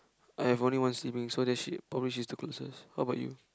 I've only one sibling so that she always she's the closest how about you